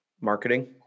marketing